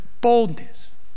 boldness